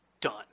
done